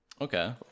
Okay